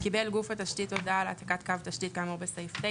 קיבל גוף התשתית הודעה על העתקת קו התשתית כאמור בסעיף (9),